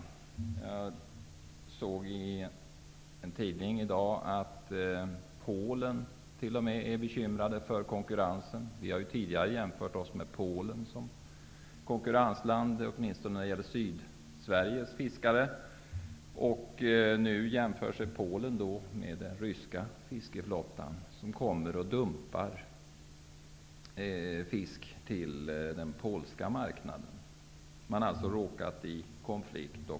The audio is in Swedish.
Jag såg i en tidning i dag att man t.o.m. i Polen är bekymrade för konkurrensen. Vi har tidigare jämfört oss med Polen som konkurrensland, åtminstone när det gäller Sydsveriges fiskare. Nu jämför sig Polen med den ryska fiskeflottan som kommer och dumpar fisk på den polska marknaden. Man har alltså råkat i konflikt.